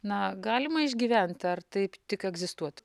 na galima išgyvent ar taip tik egzistuot